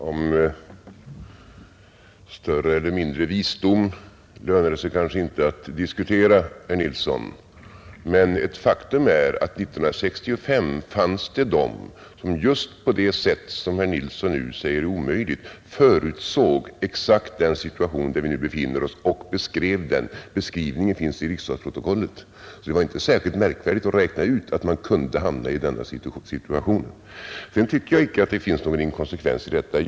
Om större eller mindre visdom lönar det sig kanske inte att diskutera, herr Nilsson i Tvärålund, men ett faktum är att det 1965 fanns personer som just på det sätt som herr Nilsson nu säger är omöjligt förutsåg exakt den situation, där vi nu befinner oss, och beskrev den. Beskrivningen finns i riksdagsprotokollet. Det var inte särskilt märkvärdigt att räkna ut att man kunde hamna i denna situation. Sedan tycker jag inte att det finns någon inkonsekvens i mitt resonemang.